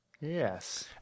Yes